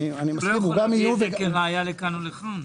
היא גם איום וגם מעלה לכאן ולכאן.